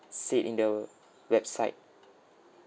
said in the website